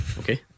Okay